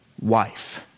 wife